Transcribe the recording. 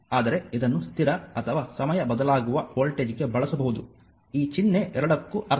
ಆದರೆ ಇದನ್ನು ಸ್ಥಿರ ಅಥವಾ ಸಮಯ ಬದಲಾಗುವ ವೋಲ್ಟೇಜ್ಗೆ ಬಳಸಬಹುದು ಈ ಚಿಹ್ನೆ ಎರಡಕ್ಕೂ ಅರ್ಥ